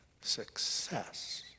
success